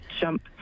jump